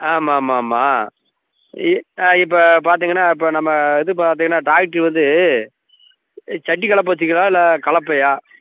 ஆமாம் ஆமாம் ஆமாம் இ இப்போ பார்த்தீங்கன்னா இப்போ நம்ம இது பார்த்தீங்கன்னா ட்ராக்ட்ரு வந்து சட்டி கலப்பை வெச்சுருக்கீங்களா இல்லை கலப்பையா